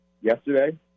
yesterday